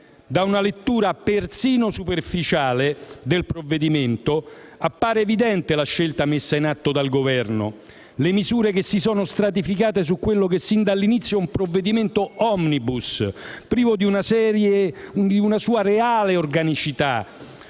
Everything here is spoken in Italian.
Da una lettura, persino superficiale, del provvedimento appare evidente la scelta messa in atto da Governo: le misure che si sono stratificate su ciò che sin dall'inizio è apparso come un provvedimento *omnibus*, privo di una sua reale organicità,